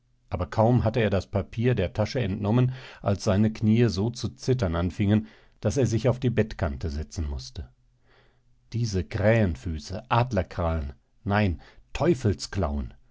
aber kaum hatte er das papier der tasche entnommen als seine kniee so zu zittern anfingen daß er sich auf die bettkante setzen mußte diese krähenfüße adlerkrallen nein